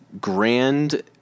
grand